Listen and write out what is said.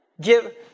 Give